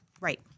Right